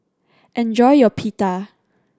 enjoy your Pita